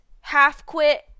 half-quit